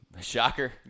Shocker